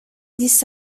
this